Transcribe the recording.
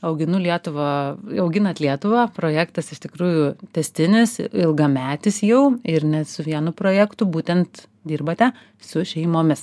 auginu lietuvą auginat lietuvą projektas iš tikrųjų tęstinis ilgametis jau ir net su vienu projektu būtent dirbate su šeimomis